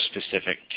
specific